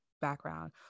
background